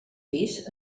pis